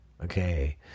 Okay